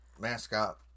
mascot